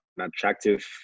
attractive